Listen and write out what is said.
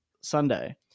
sunday